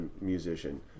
musician